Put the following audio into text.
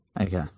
Okay